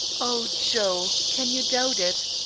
oh, joe! can you doubt it?